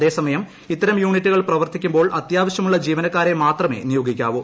അതേസമയം ഇത്തരം യൂണിറ്റുകൾ പ്രവർത്തിക്കുമ്പോൾ അത്യാവശ്യമുള്ള ജീവനക്കാരെ മാത്രമേ നിയോഗിക്കാവൂ